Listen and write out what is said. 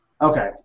Okay